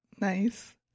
Nice